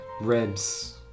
Ribs